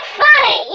funny